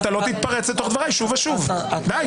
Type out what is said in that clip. אתה לא תתפרץ אל תוך דבריי שוב ושוב, די.